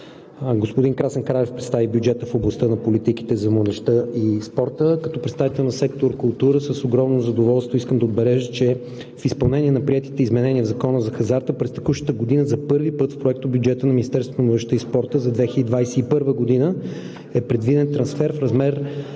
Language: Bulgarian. Господин Красен Кралев представи бюджета в областта на политиките за младежта и спорта. Като представител на сектор „Култура“ с огромно задоволство искам да отбележа, че в изпълнение на приетите изменения в Закона за хазарта през текущата година за първи път в Проектобюджета на Министерството на младежта и спорта